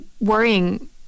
worrying